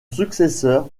successeur